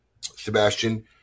Sebastian